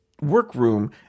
workroom